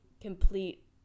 complete